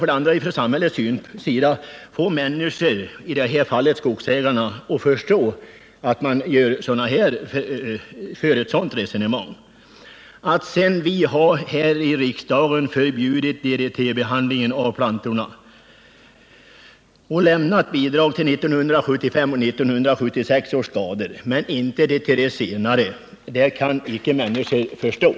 Hur skall vi från samhällets sida få de människor det gäller, skogsägarna i detta fall, att förstå ett resonemang där man gör skillnad i stödhänseende på grund av årtal på planteringen? Att vi här i riksdagen förbjudit DDT-behandling av plantorna och lämnar bidrag till ersättning för de skador som uppstått på 1975 och 1976 års planteringar men inte till dem som uppstått på senare planteringar kan inte människor förstå.